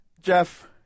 Jeff